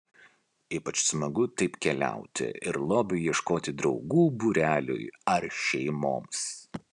ypač smagu taip keliauti ir lobio ieškoti draugų būreliui ar šeimoms